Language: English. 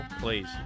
Please